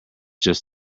just